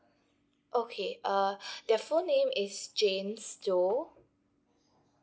okay uh their full name is janes doe